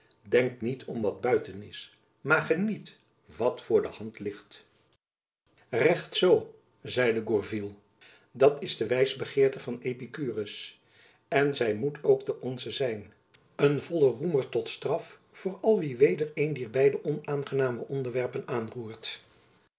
denkt niet om wat buiten is maar geniet wat voor de hand ligt recht zoo zeide gourville dat is de wijsbegeerte van epikurus en zy moet ook de onze zijn een vollen roemer tot straf voor al wie weder een dier beide onaangename onderwerpen aanroert